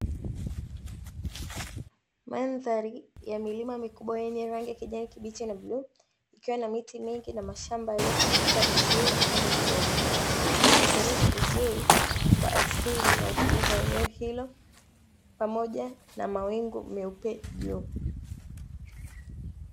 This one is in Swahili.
Mandhari ya milima mikubwa yenye rangi ya kijani kibichi na bluu, ikiwa na miti mingi na mashamba yaliyopangika vizuri kwenye miteremko, ikionyesha uzuri wa asili na utulivu wa eneo hilo, pamoja na mawingu meupe juu.